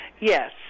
Yes